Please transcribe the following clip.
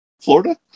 Florida